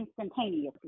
instantaneously